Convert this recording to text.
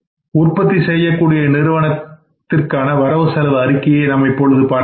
உற்பத்தி செய்யக்கூடிய நிறுவனத்திற்கான வரவு அறிக்கையை நாம் இப்பொழுது பார்க்கலாம்